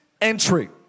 entry